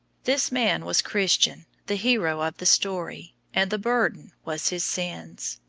this man was christian, the hero of the story, and the burden was his sins.